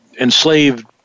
enslaved